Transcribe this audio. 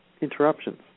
interruptions